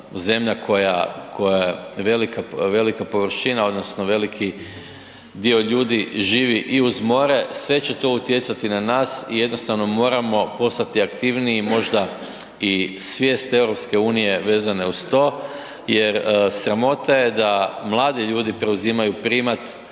velika, velika površina odnosno veliki dio ljudi živi i uz more, sve će to utjecati na nas i jednostavno moramo postati aktivniji, možda i svijest EU vezane uz to jer sramota je da mladi ljudi preuzimaju primat